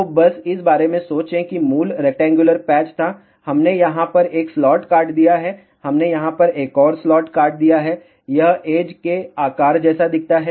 तो बस इस बारे में सोचें कि मूल रेक्टेंगुलर पैच था हमने यहां पर 1 स्लॉट काट दिया है हमने यहां पर एक और स्लॉट काट दिया है यह एज के आकार जैसा दिखता है